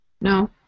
No